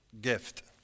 gift